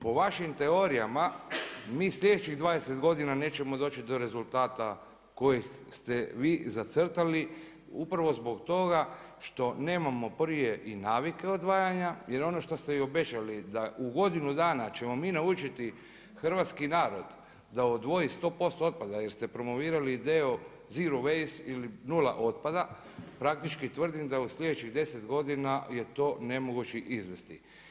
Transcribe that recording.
Po vašim teorijama, mi sljedećih 20 godina nećemo doći do rezultate kojeg ste vi zacrtali, upravo zbog toga što prije i navike odvajanja jer ono što ste obećali da u godinu dana ćemo mi naučiti hrvatski narod da odvoji 100% otpada jer ste promovirali ideju zero waste ili nula otpada praktički tvrdim da u sljedećih 10 godina je to nemoguće izvesti.